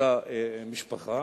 אותה משפחה,